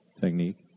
technique